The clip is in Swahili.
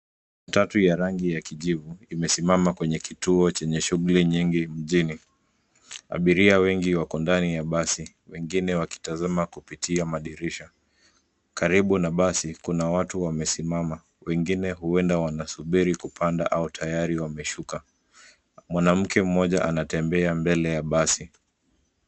Matatu ya rangi ya kijivu limesimama kwenye kituo chenye shughuli nyingi mjini. Abiria wengi wako ndani ya basi, wengine wakitazama kupitia madirisha. Karibu na basi, kuna watu wamesimama wengine huenda wanasubiri kupanda au tayari wameshuka. Mwanamke mmoja anatembea mbele ya basi.